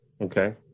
Okay